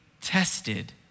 tested